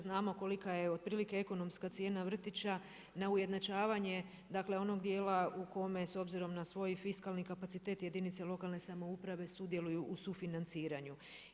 Znamo kolika je otprilike ekonomska cijena vrtića, na ujednačavanje dakle onog dijela u kome s obzirom na svoj fiskalni kapacitet jedinice lokalne samouprave sudjeluju u sufinanciranju.